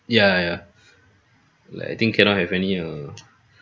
ya ya like I think cannot have any err